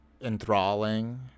enthralling